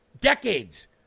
decades